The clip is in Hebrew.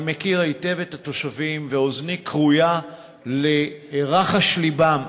אני מכיר היטב את התושבים ואוזני כרויה לרחשי לבם.